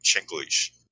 English